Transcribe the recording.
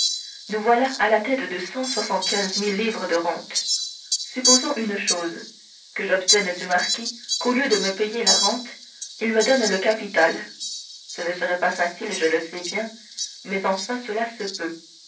nous voilà à la tête de cent soixante-quinze mille livres de rente supposons une chose que j'obtienne du marquis qu'au lieu de me payer la rente il me donne le capital ce ne serait pas facile je le sais bien mais enfin cela se peut